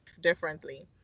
differently